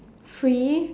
free